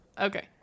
okay